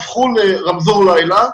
הפכו לרמזור לילה.